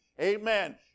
Amen